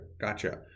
Gotcha